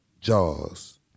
Jaws